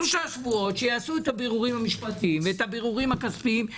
שתוך שלושה שבועות יעשו את הבירורים המשפטיים ואת הבירורים הכספיים.